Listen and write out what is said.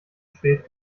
spät